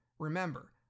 Remember